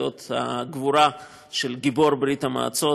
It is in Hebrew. את אות הגבורה של גיבור ברית-המועצות.